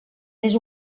més